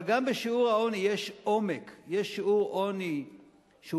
אבל גם בשיעור העוני יש עומק: יש שיעור עוני שקרוב